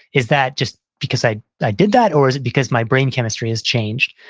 is that just because i i did that or is it because my brain chemistry has changed?